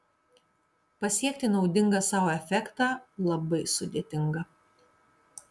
pasiekti naudingą sau efektą labai sudėtinga